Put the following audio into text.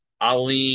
Aline